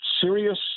serious